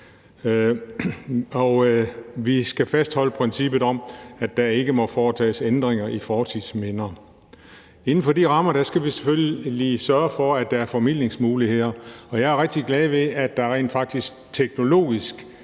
vi skal fastholde princippet om, at der ikke må foretages ændringer i fortidsminder. Inden for de rammer skal vi selvfølgelig sørge for, at der er formidlingsmuligheder, og jeg er rigtig glad for, at der er teknologisk